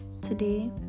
Today